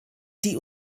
die